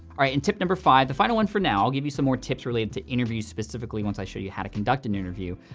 all right, and tip number five, the final one for now. i'll give you some more tips related to interviews specifically once i show you how to conduct an interview,